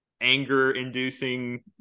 anger-inducing